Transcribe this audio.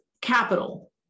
capital